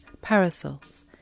parasols